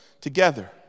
together